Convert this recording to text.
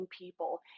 people